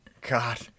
God